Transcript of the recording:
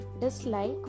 dislike